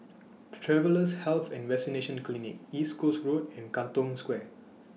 Travellers' Health and Vaccination Clinic East Coast Road and Katong Square